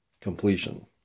completion